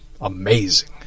amazing